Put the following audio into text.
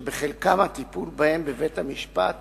שבחלקם הטיפול בהם בבית-המשפט